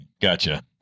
gotcha